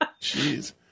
Jeez